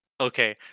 Okay